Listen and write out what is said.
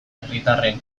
herritarren